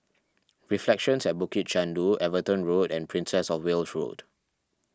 Reflections at Bukit Chandu Everton Road and Princess of Wales Road